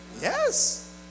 Yes